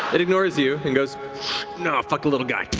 it ignores you and goes no, fuck the little guy.